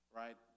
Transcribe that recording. right